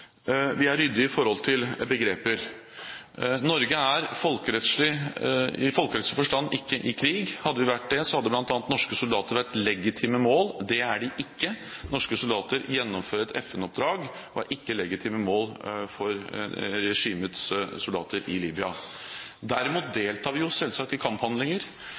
vi er ryddig i forhold til begreper. Norge er i folkerettslig forstand ikke i krig. Hadde vi vært det, hadde bl.a. norske soldater vært legitime mål. Det er de ikke. Norske soldater gjennomfører et FN-oppdrag og er ikke legitime mål for regimets soldater i Libya. Derimot deltar vi selvsagt i kamphandlinger,